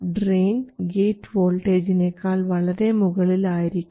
drain gate വോൾട്ടേജിനേക്കാൾ വളരെ മുകളിൽ ആയിരിക്കണം